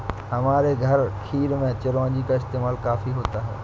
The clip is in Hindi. हमारे घर खीर में चिरौंजी का इस्तेमाल काफी होता है